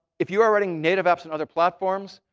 if you are writing native apps in other platforms,